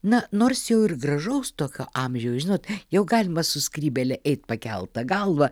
na nors jau ir gražaus tokio amžiaus žinot jau galima su skrybėle eit pakelta galva